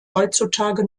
heutzutage